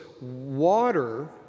water